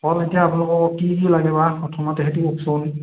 ফল এতিয়া আপোনালোকক কি কি লাগে বা প্রথমতে সেইটো কওকচোন